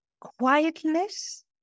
quietness